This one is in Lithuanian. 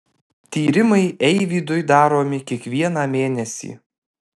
tyrimai eivydui daromi kiekvieną mėnesį